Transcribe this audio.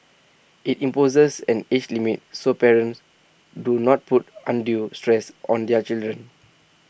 IT imposes an age limit so parents do not put undue stress on their children